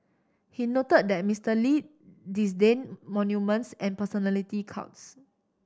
he noted that Mister Lee disdained monuments and personality cults